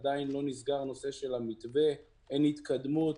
עדיין לא נסגר הנושא של המתווה, אין התקדמות.